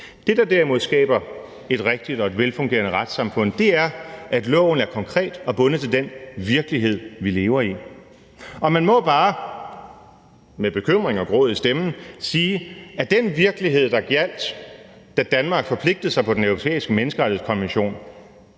Det, der derimod skaber et rigtigt og et velfungerende retssamfund, er, at loven er konkret og bundet til den virkelighed, vi lever i. Kl. 12:37 Man må bare med bekymring og gråd i stemmen sige, at den virkelighed, der gjaldt, da Danmark forpligtede sig på Den Europæiske Menneskerettighedskonvention,